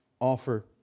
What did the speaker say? offer